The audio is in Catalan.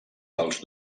dels